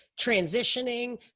transitioning